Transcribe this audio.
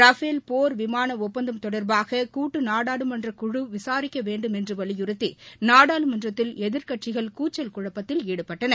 Rafale போர் விமான ஒப்பந்தம் தொடர்பாக கூட்டு நாடாளுமன்றக்குழு விசாரிக்க வேண்டுமென்று வலியுறுத்தி நாடாளுமன்றத்தில் எதிர்க்கட்சிகள் கூச்சல் குழப்பத்தில் ஈடுபட்டன